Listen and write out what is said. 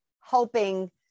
helping